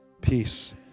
Peace